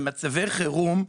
במצבי חירום,